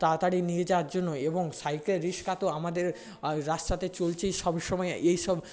তাড়াতাড়ি নিয়ে যাওয়ার জন্য এবং সাইকেল রিক্সা তো আমাদের রাস্তাতে চলছেই সব সময় এইসব